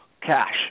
cash